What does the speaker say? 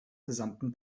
gesamten